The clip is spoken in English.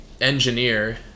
engineer